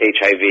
HIV